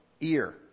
ear